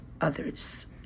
others